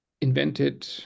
invented